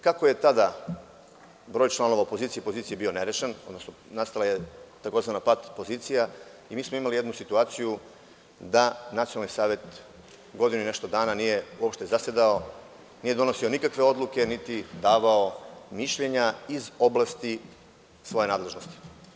Kako je tada broj članova opozicije i pozicije bio nerešen, nastala je tzv. pat pozicija i mi smo imali jednu situaciju da Nacionalni savet godinu i nešto dana nije uopšte zasedao, nije donosio nikakve odluke, niti davao mišljenja iz oblasti svoje nadležnosti.